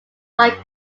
like